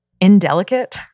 indelicate